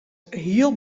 heel